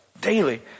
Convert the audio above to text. daily